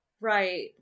Right